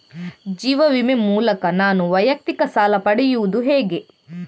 ಜೀವ ವಿಮೆ ಮೂಲಕ ನಾನು ವೈಯಕ್ತಿಕ ಸಾಲ ಪಡೆಯುದು ಹೇಗೆ?